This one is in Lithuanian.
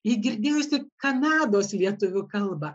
ji girdėjusi kanados lietuvių kalbą